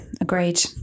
agreed